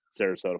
Sarasota